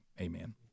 amen